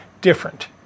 different